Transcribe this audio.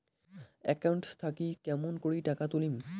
Account থাকি কেমন করি টাকা তুলিম?